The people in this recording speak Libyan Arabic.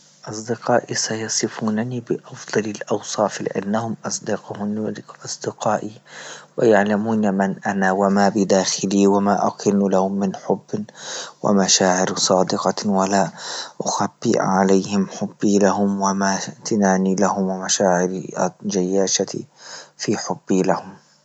أصدقائي سيصفونني بأفضل الأوصاف لأنهم أصدقوني أصدقائي ويعلمون من أنا وما بداخلي وما أكن لهم من حب ومشاعر صادقة ولا أخبأ عليهم حبي لهم وما إمتناني لهم ومشاعر الجياشتي في حبي لهم.